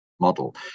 Model